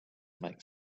makes